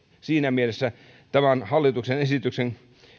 siinä mielessä tämän hallituksen esityksen